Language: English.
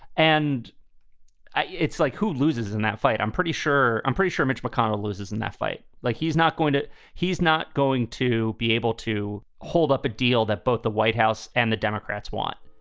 and it's like who loses in that fight? i'm pretty sure i'm pretty sure mitch mcconnell loses in that fight. like he's not going to he's not going to be able to hold up a deal that both the white house and the democrats want.